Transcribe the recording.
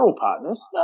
partners